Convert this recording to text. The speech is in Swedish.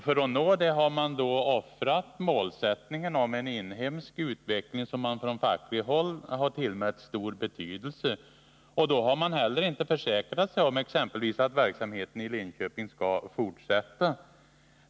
För att uppnå detta har man offrat målsättningen om en inhemsk utveckling som på fackligt håll har tillmätts stor betydelse, och då har man inte heller försäkrat sig om exempelvis att verksamheten i Linköping skall fortsätta.